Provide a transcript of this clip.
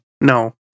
No